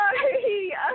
sorry